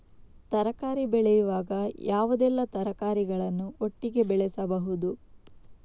ತರಕಾರಿ ಬೆಳೆಯುವಾಗ ಯಾವುದೆಲ್ಲ ತರಕಾರಿಗಳನ್ನು ಒಟ್ಟಿಗೆ ಬೆಳೆಸಬಹುದು?